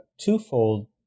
twofold